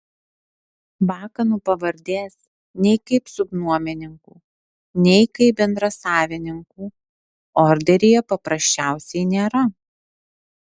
bakanų pavardės nei kaip subnuomininkų nei kaip bendrasavininkų orderyje paprasčiausiai nėra